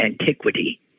antiquity